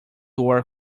door